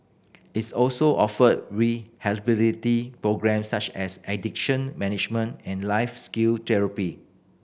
its also offer rehabilitative programmes such as addiction management and life skill therapy